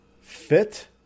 fit